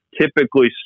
typically